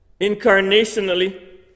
Incarnationally